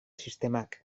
sistemak